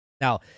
Now